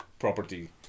property